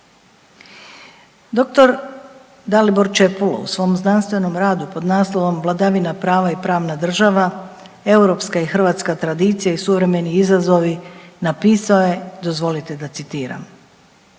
Doktor Dalibor Čepulo u svom znanstvenom radu pod naslovom Vladavina prava i pravna država europska i hrvatska tradicija i suvremeni izazovi napisao je, dozvolite da citiram.